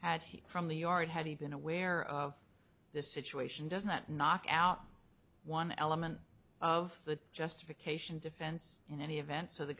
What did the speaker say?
had he from the yard had he been aware of this situation doesn't that knock out one element of the justification defense in any event so the